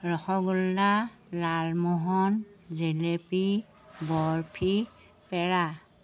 rasgulla lalmohan jalebi barfi পেৰা